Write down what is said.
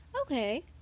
okay